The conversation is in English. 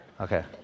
Okay